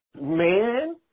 man